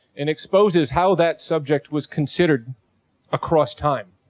and exposes how that subject was considered across time.